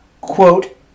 Quote